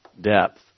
depth